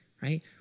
Right